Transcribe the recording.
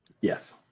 Yes